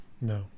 No